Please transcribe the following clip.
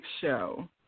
show